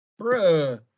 Bruh